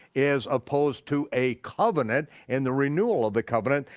as opposed to a covenant and the renewal of the covenant,